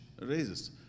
raises